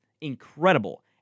Incredible